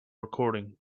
recording